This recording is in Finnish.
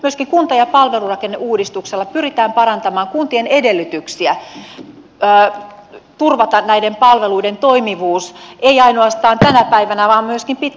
myöskin kunta ja palvelurakenneuudistuksella pyritään parantamaan kuntien edellytyksiä turvata näiden palveluiden toimivuus ei ainoastaan tänä päivänä vaan myöskin pitkälle tulevaisuuteen